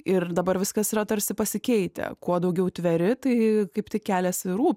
ir dabar viskas yra tarsi pasikeitę kuo daugiau tveri tai kaip tik keliasi rū